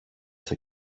στο